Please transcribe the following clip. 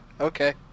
Okay